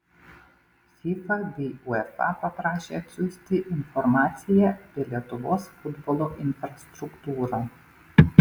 fifa bei uefa paprašė atsiųsti informaciją apie lietuvos futbolo infrastruktūrą